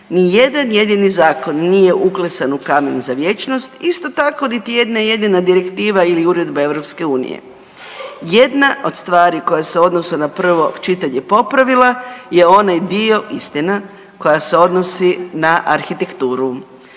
Ni jedan jedini zakon nije uklesan u kamen za vječnost, isto tako niti jedna jedina direktiva ili uredba EU. Jedna od stvari koje se u odnosu na prvo čitanje popravila je onaj dio, istina, koji se odnosi na arhitekturu.